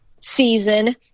season